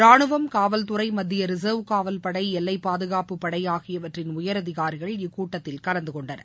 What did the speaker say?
ராஜுவம் காவல்துறை மத்திய ரிசர்வ் காவல்படை எல்லை பாதகாப்புப்படை ஆகியவற்றின் உயர் அதிகாரிகள் இக்கூட்டத்தில் கலந்து கொண்டனர்